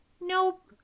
Nope